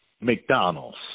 McDonald's